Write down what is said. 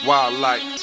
Wildlife